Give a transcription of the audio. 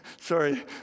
Sorry